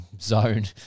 zone